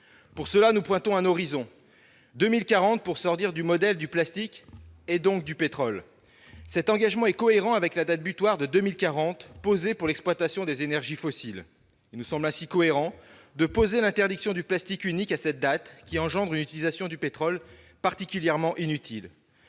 Pour cela, nous pointons un horizon : en 2040, nous devrons être sortis du modèle du plastique, donc du pétrole. Cet engagement est cohérent avec la date butoir de 2040 posée pour l'exploitation des énergies fossiles. Il nous semble ainsi cohérent de poser, à cette date, l'interdiction du plastique unique, qui engendre une utilisation de pétrole particulièrement inutile